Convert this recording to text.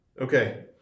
Okay